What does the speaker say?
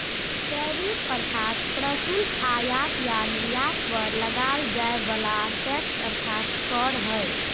tariff अर्थात् प्रशुल्क आयात या निर्यात पर लगाल जाय वला टैक्स अर्थात् कर हइ